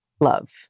love